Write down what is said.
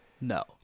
no